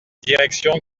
direction